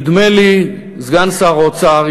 סגן שר האוצר,